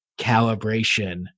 calibration